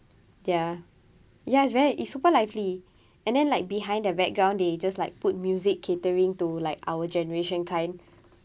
ya ya it's very it's super lively and then like behind the background they just like put music catering to like our generation time